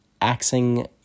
axing